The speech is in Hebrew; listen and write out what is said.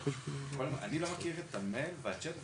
אני לא מכיר את המייל והצ'אט,